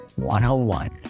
101